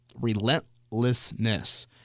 relentlessness